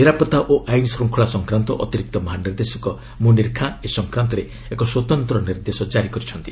ନିରାପତ୍ତା ଓ ଆଇନ୍ ଶୃଙ୍ଖଳା ସଂକ୍ରାନ୍ତ ଅତିରିକ୍ତ ମହାନିର୍ଦ୍ଦେଶକ ମୁନିର୍ ଖାଁ ଏ ସଂକ୍ରାନ୍ତରେ ଏକ ସ୍ୱତନ୍ତ୍ର ନିର୍ଦ୍ଦେଶ କାରି କରିଛନ୍ତି